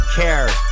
care